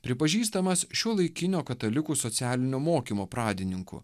pripažįstamas šiuolaikinio katalikų socialinio mokymo pradininku